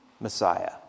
Messiah